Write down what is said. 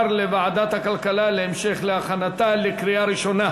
לוועדת הכלכלה להכנתה לקריאה ראשונה.